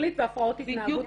שכלית והפרעות התנהגות קשות.